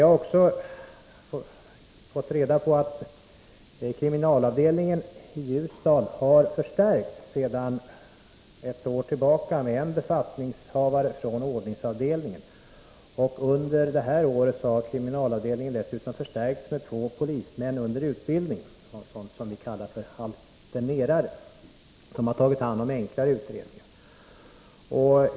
Jag har fått reda på att kriminalavdelningen i Ljusdal sedan ett år tillbaka har förstärkts med en befattningshavare från ordningsavdelningen. Under detta år har kriminalavdelningen dessutom förstärkts med två polismän under utbildning, s.k. alternerare, som har tagit hand om enklare utredningar.